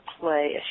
play